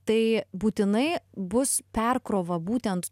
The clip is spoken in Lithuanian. tai būtinai bus perkrova būtent